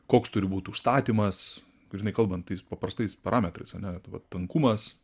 koks turi būt užstatymas grynai kalbant tais paprastais parametrais ane tai va tankumas